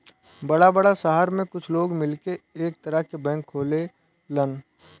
बड़ा बड़ा सहर में कुछ लोग मिलके एक तरह के बैंक खोलेलन